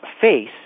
face